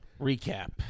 Recap